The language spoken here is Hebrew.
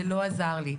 זה לא עזר לי".